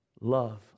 love